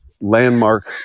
landmark